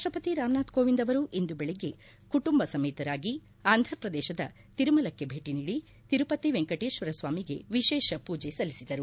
ರಾಷ್ಲಪತಿ ರಾಮನಾಥ್ ಕೋವಿಂದ್ ಅವರು ಇಂದು ಬೆಳಗ್ಗೆ ಕುಟುಂಬ ಸಮೇತರಾಗಿ ಆಂಧಪ್ರದೇಶದ ತಿರುಮಲಕ್ಕೆ ಭೇಟಿ ನೀಡಿ ತಿರುಪತಿ ವೆಂಕಟೇಶ್ವರ ಸ್ವಾಮಿಗೆ ವಿಶೇಷ ಪೂಜೆ ಸಲ್ಲಿಸಿದರು